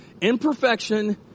Imperfection